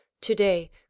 Today